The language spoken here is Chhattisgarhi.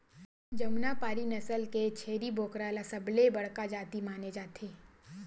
जमुनापारी नसल के छेरी बोकरा ल सबले बड़का जाति माने जाथे